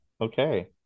okay